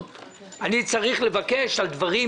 אני צריך לבקש אישור לדון על דברים